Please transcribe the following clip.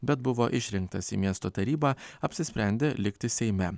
bet buvo išrinktas į miesto tarybą apsisprendė likti seime